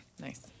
Nice